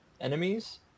enemies